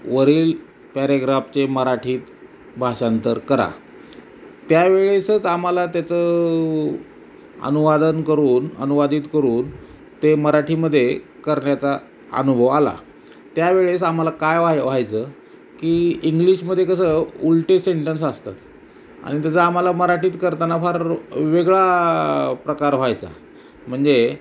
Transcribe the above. वरील पॅरेग्राफचे मराठीत भाषांतर करा त्यावेळेसच आम्हाला त्याचं अनुवादन करून अनुवादित करून ते मराठीमध्ये करण्याचा अनुभव आला त्यावेळेस आम्हाला काय व्हाय व्हायचं की इंग्लिशमध्ये कसं उलटे सेंटन्स असतात आणि त्याचा आम्हाला मराठीत करताना फार वेगळा प्रकार व्हायचा म्हणजे